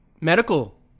medical